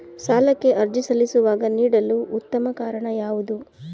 ಸಾಲಕ್ಕೆ ಅರ್ಜಿ ಸಲ್ಲಿಸುವಾಗ ನೀಡಲು ಉತ್ತಮ ಕಾರಣ ಯಾವುದು?